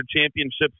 championships